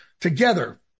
together